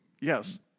Yes